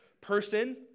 person